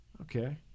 Okay